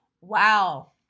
wow